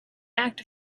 act